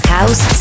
House